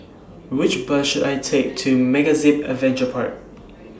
Which Bus should I Take to MegaZip Adventure Park